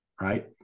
right